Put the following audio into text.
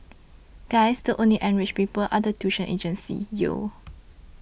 guys the only enriched people are the tuition agencies yo